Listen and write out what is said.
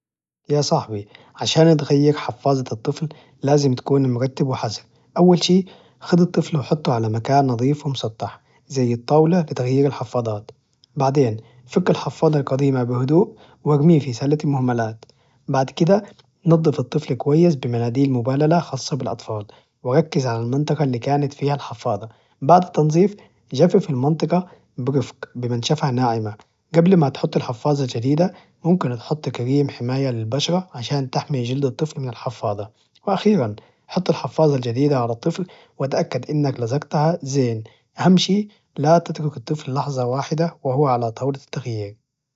يا صاحبي، عشان تغير حفاظة الطفل لازم تكون مرتب وحذر، أول شي خذ الطفل وحطه على مكان نظيف ومسطح، زي الطاولة لتغيير الحفاظات، بعدين فك الحفاظة القديمة بهدوء وارميها في سلة المهملات، بعد كده نظف الطفل كويس بمناديل مبللة خاصة بالأطفال، وركز على المنطقة إللي كانت فيها الحفاظة، بعد التنظيف جفف المنطقة برفق بمنشفه ناعمة قبل ما تحط الحفاظة الجديدة ممكن تحط كريم حماية للبشرة عشان تحمي جلد الطفل من الحفاظة، وأخيرا حط الحفاظة الجديدة على الطفل وتأكد أنك لزقتها زين، أهم شيء لا تترك الطفل لحظة واحدة وهو على طاولة التغيير.